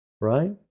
right